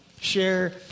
share